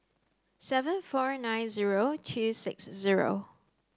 seven four nine zero two six zero